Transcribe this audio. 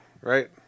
right